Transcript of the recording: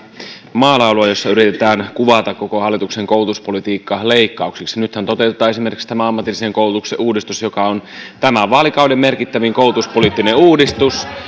maalailua jossa yritetään kuvata koko hallituksen koulutuspolitiikka leikkauksiksi nythän toteutetaan esimerkiksi tämä ammatillisen koulutuksen uudistus joka on tämän vaalikauden merkittävin koulutuspoliittinen uudistus